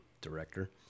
director